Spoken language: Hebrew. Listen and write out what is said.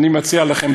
אני מציע לכם,